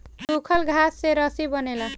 सूखल घास से रस्सी बनेला